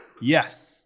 Yes